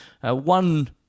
One